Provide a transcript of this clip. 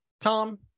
Tom